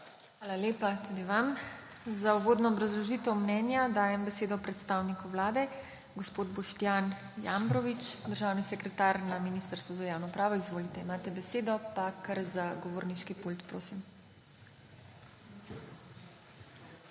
Hvala lepa tudi vam. Za uvodno obrazložitev mnenja dajem besedo predstavniku Vlade. Gospod Boštjan Jambrovič, državni sekretar na Ministrstvu za javno upravo, izvolite, imate besedo, pa kar za govorniški pult prosim.